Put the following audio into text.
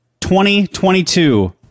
2022